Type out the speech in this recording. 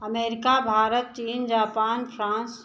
America Bharat चीन Japan France